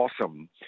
awesome